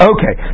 Okay